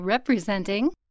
Representing